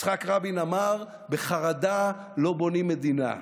יצחק רבין אמר: בחרדה לא בונים מדינה.